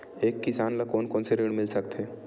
एक किसान ल कोन कोन से ऋण मिल सकथे?